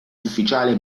ufficiale